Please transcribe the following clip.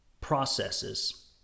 processes